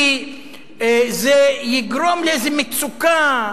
כי זה יגרום לאיזו מצוקה,